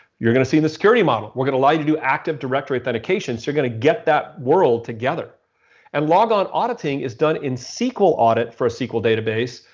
you're going to see in the security model, we're going to lie to do active directory authentication, so you're going to get that world together and log on auditing is done in sql audit for a sql database.